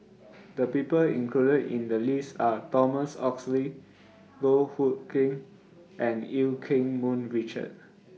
The People included in The list Are Thomas Oxley Goh Hood Keng and EU Keng Mun Richard